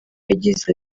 yagize